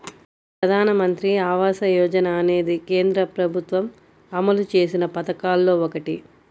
ప్రధానమంత్రి ఆవాస యోజన అనేది కేంద్ర ప్రభుత్వం అమలు చేసిన పథకాల్లో ఒకటి